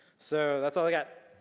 so that's all i got.